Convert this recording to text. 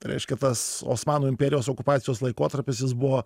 reiškia tas osmanų imperijos okupacijos laikotarpis jis buvo